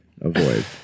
avoid